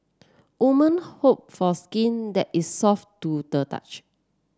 women hope for skin that is soft to the touch